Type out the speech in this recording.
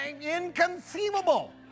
inconceivable